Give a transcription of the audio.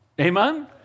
Amen